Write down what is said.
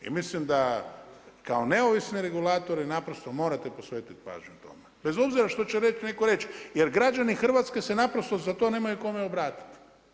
I mislim da kao neovisni regulatori naprosto morate posvetiti pažnju tome, bez obzira što će neko reć jer građani Hrvatske se za to nemaju kome obratiti.